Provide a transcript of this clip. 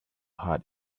heart